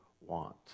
want